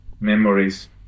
memories